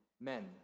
Men